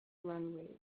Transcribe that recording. runways